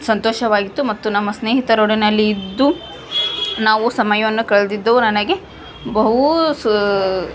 ಸಂತೋಷವಾಗಿತ್ತು ಮತ್ತು ನಮ್ಮ ಸ್ನೇಹಿತರೊಡನೆ ಅಲ್ಲಿ ಇದ್ದು ನಾವು ಸಮಯವನ್ನು ಕಳೆದಿದ್ದು ನನಗೆ ಬಹು ಸು